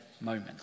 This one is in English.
moment